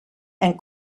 and